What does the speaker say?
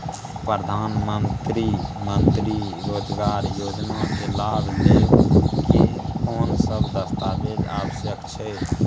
प्रधानमंत्री मंत्री रोजगार योजना के लाभ लेव के कोन सब दस्तावेज आवश्यक छै?